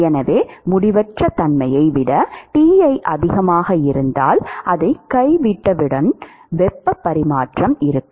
எனவே முடிவற்ற தன்மையை விட Ti அதிகமாக இருந்தால் நீங்கள் அதை கைவிட்டவுடன் வெப்ப பரிமாற்றம் இருக்கும்